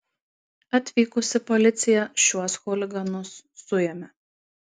atvykusi policija šiuos chuliganus suėmė